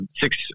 Six